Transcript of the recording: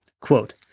Quote